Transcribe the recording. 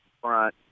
front